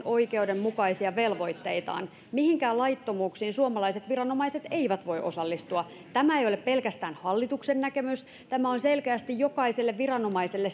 oikeuden mukaisia velvoitteitaan mihinkään laittomuuksiin suomalaiset viranomaiset eivät voi osallistua tämä ei ole pelkästään hallituksen näkemys tämä on selkeästi jokaiselle viranomaiselle